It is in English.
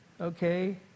okay